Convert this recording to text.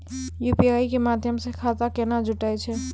UPI के माध्यम से खाता केना जुटैय छै?